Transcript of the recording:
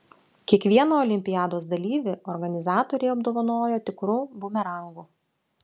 kiekvieną olimpiados dalyvį organizatoriai apdovanojo tikru bumerangu